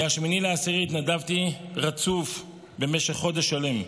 מ-8 באוקטובר התנדבתי רצוף במשך חודש שלם.